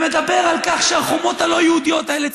ומדבר על כך שהחומות הלא-יהודיות האלה,